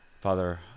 Father